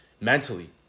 mentally